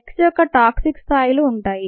X యొక్క toxic స్థాయిలు ఉంటాయి